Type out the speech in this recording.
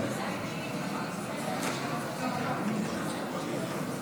שמעתי את דבריו של ראש האופוזיציה.